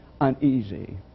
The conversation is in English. uneasy